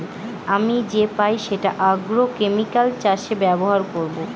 আমি যে পাই সেটা আগ্রোকেমিকাল চাষে ব্যবহার করবো